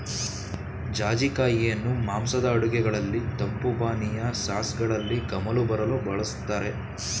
ಜಾಜಿ ಕಾಯಿಯನ್ನು ಮಾಂಸದ ಅಡುಗೆಗಳಲ್ಲಿ, ತಂಪು ಪಾನೀಯ, ಸಾಸ್ಗಳಲ್ಲಿ ಗಮಲು ಬರಲು ಬಳ್ಸತ್ತರೆ